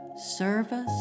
service